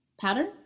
pattern